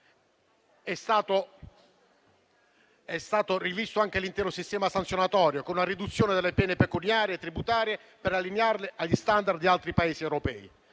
È stato rivisto anche l'intero sistema sanzionatorio con la riduzione delle pene pecuniarie e tributarie per allinearle agli *standard* di altri Paesi europei,